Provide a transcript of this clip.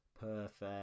Perfect